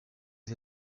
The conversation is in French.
les